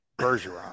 Bergeron